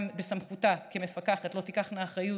גם בסמכותה כמפקחת, לא תיקחנה אחריות,